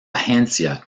agencia